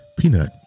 Peanut